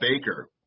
Baker